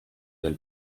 del